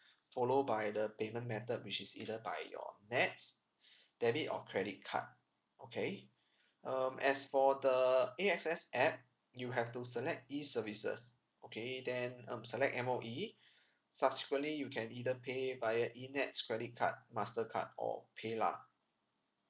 follow by the payment method which is either by your NETS debit or credit card okay um as for the A_X_S app you have to select E services okay then um select M_O_E subsequently you can either pay via E NETS credit card mastercard or paylah